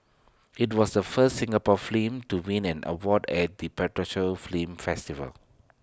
IT was the first Singapore film to win an award at the prestigious film festival